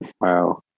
Wow